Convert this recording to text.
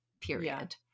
Period